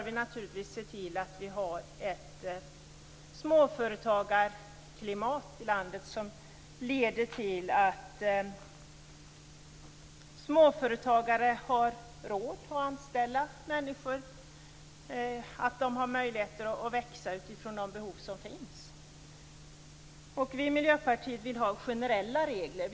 Vi bör se till att vi har ett småföretagarklimat i landet som gör att småföretagare har råd att anställa människor och att företagen har möjlighet att växa utifrån de behov som finns. Vi i Miljöpartiet vill ha generella regler.